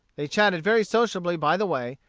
they chatted very sociably by the way,